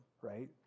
right